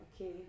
okay